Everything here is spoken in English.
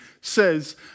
says